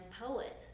poet